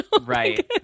Right